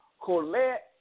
Colette